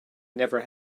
never